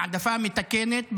העדפה מתקנת,